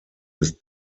des